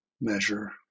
measure